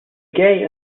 gay